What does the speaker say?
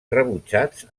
rebutjats